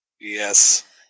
yes